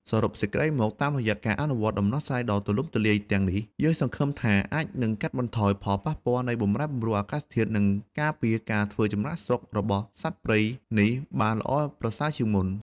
សរុបសេចក្ដីមក តាមរយៈការអនុវត្តដំណោះស្រាយដ៏ទូលំទូលាយទាំងនេះ យើងសង្ឃឹមថាអាចនឹងកាត់បន្ថយផលប៉ះពាល់នៃបម្រែបម្រួលអាកាសធាតុ និងការពារការធ្វើចំណាកស្រុករបស់សត្វព្រៃនេះបានល្អប្រសើរជាងមុន។